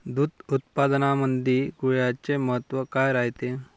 दूध उत्पादनामंदी गुळाचे महत्व काय रायते?